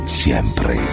siempre